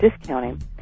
discounting